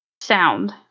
sound